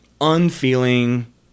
unfeeling